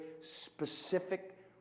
specific